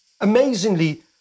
Amazingly